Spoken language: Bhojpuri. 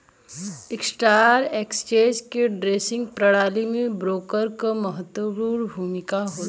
स्टॉक एक्सचेंज के ट्रेडिंग प्रणाली में ब्रोकर क महत्वपूर्ण भूमिका होला